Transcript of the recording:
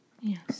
yes